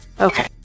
Okay